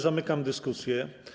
Zamykam dyskusję.